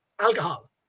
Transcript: alcohol